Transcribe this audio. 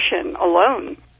alone